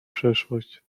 przeszłość